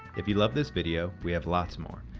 if you loved this video, we have lots more.